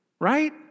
Right